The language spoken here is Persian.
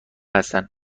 هستند